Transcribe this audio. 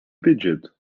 pedido